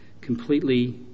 completely